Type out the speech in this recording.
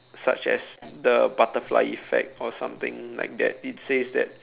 such as the butterfly effect or something like that it says that